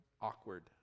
awkward